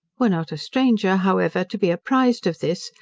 were not a stranger, however, to be apprized of this,